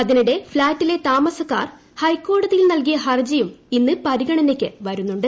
അതിനിടെ ഫ്ളാറ്റിലെ താമസക്കാർ ഹൈക്കോടതിയിൽ നൽകിയ ഹർജിയും ഇന്ന് പരിഗണനയ്ക്ക് വരുന്നുണ്ട്